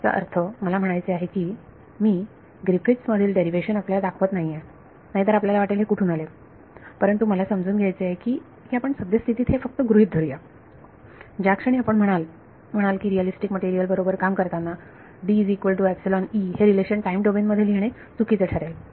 ह्याचा अर्थ मला म्हणायचे आहे की मी मी ग्रिफिथ्स मधील डेरिव्हेशन आपल्याला दाखवत नाहीये नाहीतर आपल्याला वाटेल हे कुठून आले परंतु मला समजून घ्यायचे आहे की की आपण सद्यस्थितीत हे फक्त गृहीत धरूया ज्याक्षणी आपण म्हणाल म्हणाल की रिआलिस्टिक मटेरियल बरोबर काम करताना हे रिलेशन टाईम डोमेन मध्ये लिहिणे चुकीचे ठरेल